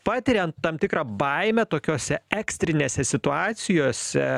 patiriant tam tikrą baimę tokiose ekstrinėse situacijose